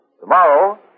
Tomorrow